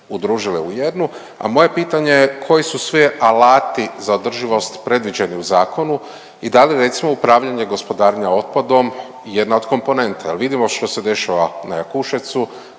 udružile u jednu. A moje pitanje je, koji su sve alati za održivost predviđeni u zakonu i da li je recimo upravljanje gospodarenja otpadom jedna od komponenta, jel vidimo što se dešava na Jakuševcu,